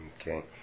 Okay